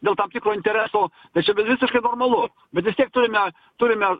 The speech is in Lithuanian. dėl tam tikro intereso tai čia dar visiškai normalu bet vis tiek turime turime